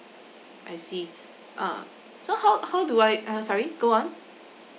I see uh so how how do I uh sorry go on